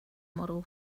model